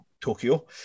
Tokyo